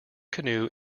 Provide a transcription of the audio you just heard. canoe